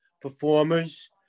performers